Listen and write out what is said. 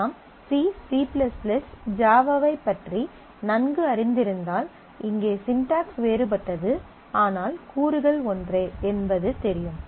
நாம் C C ஜாவாவைப் பற்றி நன்கு அறிந்திருந்தால் இங்கே ஸிண்டக்ஸ் வேறுபட்டது ஆனால் கூறுகள் ஒன்றே என்பது தெரியும்